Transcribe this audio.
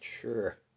Sure